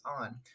on